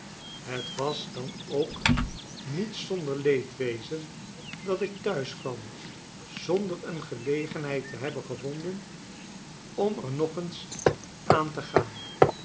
het was dan ook niet zonder leedwezen dat ik thuis kwam zonder een gelegenheid te hebben gevonden om er nog eens aan te gaan